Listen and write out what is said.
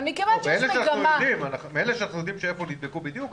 אבל מכיוון שיש מגמה --- אלה שאנחנו יודעים מאיפה נדבקו בדיוק,